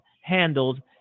handled